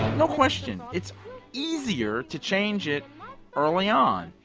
no question it's easier to change it early on.